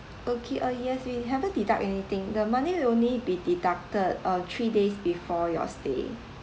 okay uh yes we haven't deduct anything the money will only be deducted uh three days before your stay